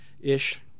ish